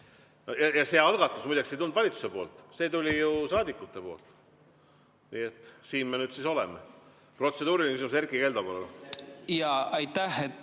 See algatus muide ei tulnud valitsuse poolt, see tuli saadikute poolt. Nii et siin me nüüd oleme.